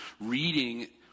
reading